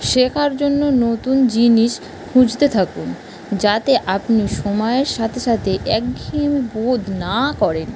শেখার জন্য নতুন জিনিস খুঁজতে থাকুন যাতে আপনি সময়ের সাথে সাথে একঘেয়েমি বোধ না করেন